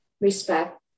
respect